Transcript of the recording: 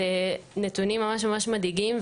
אלה נתונים ממש ממש מדאיגים,